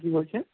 কী বলছেন